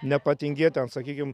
nepatingėt ten sakykim